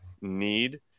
need